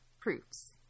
proofs